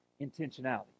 intentionality